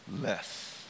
less